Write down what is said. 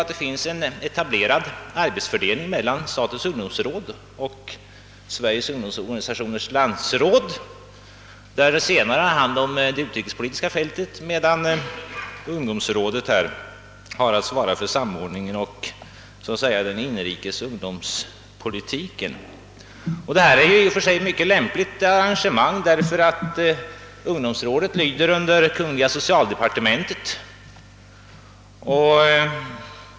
Det finns dock en etablerad arbetsfördelning mellan statens ungdomsråd och Sveriges ungdomsorganisationers landsråd, enligt vilken det senare organet har hand om det utrikespolitiska fältet medan ungdomsrådet skall svara för samordningen av så att säga den inrikes ungdomspolitiken. Detta är ett i och för sig lämpligt arrangemang, eftersom ungdomsrådet lyder under kungl. socialdepartementet.